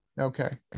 Okay